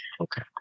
Okay